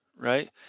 right